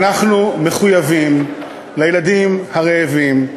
אנחנו מחויבים לילדים הרעבים,